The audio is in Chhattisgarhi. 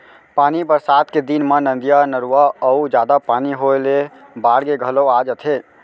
पानी बरसात के दिन म नदिया, नरूवा म जादा पानी होए ले बाड़गे घलौ आ जाथे